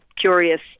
curious